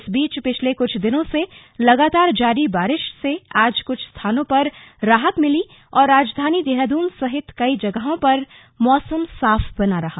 इस बीच पिछले कुछ दिनों से लगातार जारी बारिश से आज कुछ स्थानों पर राहत मिली और राजधानी देहरादून सहित कई जगहों पर मौसम साफ बना रहा